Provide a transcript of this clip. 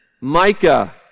Micah